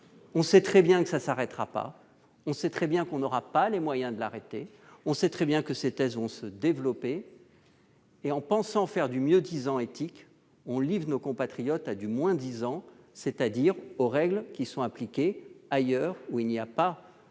savons très bien que cela ne s'arrêtera pas, que nous n'aurons pas les moyens de l'arrêter et que ces tests vont se développer. En pensant faire du mieux-disant éthique, on livre nos compatriotes à du moins-disant, c'est-à-dire aux règles qui sont appliquées ailleurs, où il n'y a pas